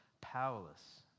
powerless